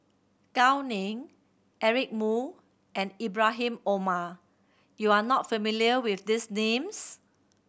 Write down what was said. Gao Ning Eric Moo and Ibrahim Omar you are not familiar with these names